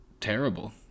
terrible